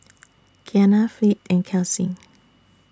Kianna Fleet and Kelsey